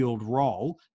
role